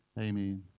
Amen